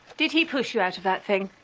did he push you out of that thing.